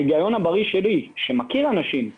ההיגיון הבריא שלי, שמכיר אנשים מעולים,